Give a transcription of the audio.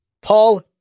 Paul